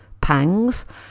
pangs